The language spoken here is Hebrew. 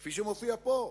כפי שמופיע פה,